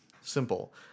simple